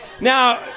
Now